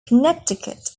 connecticut